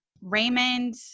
Raymond